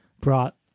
brought